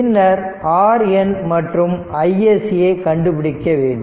பின்னர் RN மற்றும் iSC ஐ கண்டுபிடிக்க வேண்டும்